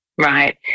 right